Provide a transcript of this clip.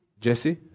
Jesse